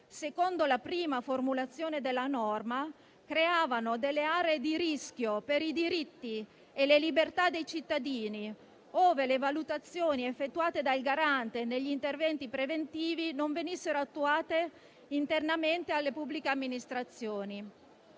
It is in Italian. secondo la prima formulazione della norma, creava aree di rischio per i diritti e le libertà dei cittadini ove le valutazioni effettuate dal Garante negli interventi preventivi non venissero attuate internamente alle pubbliche amministrazioni.